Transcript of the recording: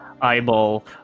eyeball